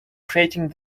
creating